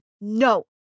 No